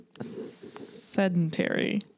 sedentary